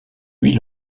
huit